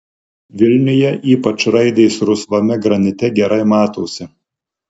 vilniuje ypač raidės rusvame granite gerai matosi